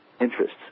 interests